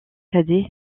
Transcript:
cadet